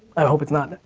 i hope it's not.